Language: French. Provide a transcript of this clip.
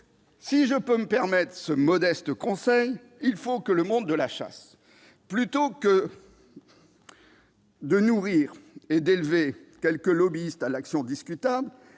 Si je puis me permettre ce modeste conseil, le monde de la chasse, plutôt que de nourrir et d'élever quelques lobbyistes à l'action discutable,